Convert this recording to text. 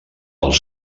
els